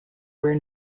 where